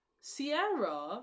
Sierra